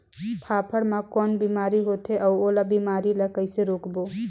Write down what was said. फाफण मा कौन बीमारी होथे अउ ओला बीमारी ला कइसे रोकबो?